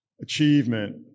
achievement